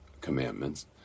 commandments